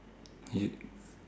you